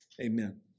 Amen